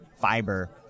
fiber